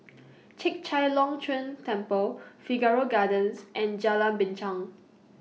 Chek Chai Long Chuen Temple Figaro Gardens and Jalan Binchang